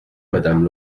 madame